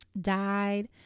died